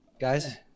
guys